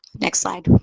next slide.